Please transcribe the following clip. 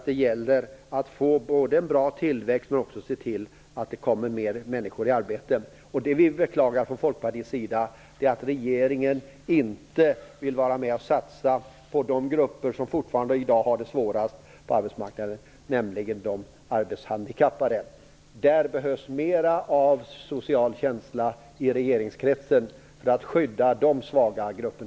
Det gäller både att få en bra tillväxt och att se till att det kommer fler människor i arbete. Det vi från Folkpartiet beklagar är att regeringen inte vill vara med och satsa på de grupper som fortfarande har det svårast på arbetsmarknaden, nämligen de arbetshandikappade. Det behövs mera av social känsla i regeringskretsen för att skydda dessa svaga grupper.